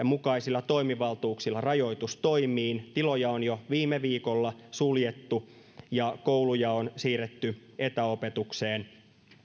mukaisilla toimivaltuuksilla rajoitustoimiin tiloja on jo viime viikolla suljettu ja kouluja on siirretty etäopetukseen